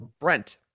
Brent